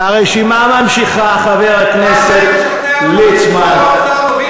והרשימה נמשכת, חבר הכנסת ליצמן,